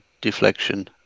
deflection